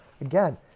Again